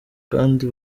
kandi